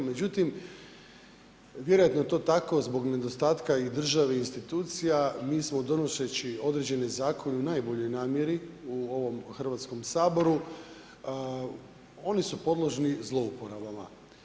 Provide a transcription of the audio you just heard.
Međutim, vjerojatno je to tako zbog nedostatka i državnih institucija, mi smo donoseći određeni zakon u najboljoj namjeri u ovom Hrvatskom saboru, oni su podložni zlouporabama.